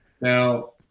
Now